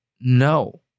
No